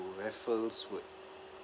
raffles would